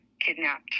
kidnapped